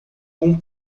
com